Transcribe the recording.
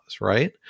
right